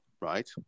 right